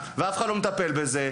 ואף אחד לא מטפל בזה,